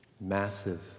massive